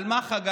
על מה חגגתם?